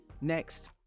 next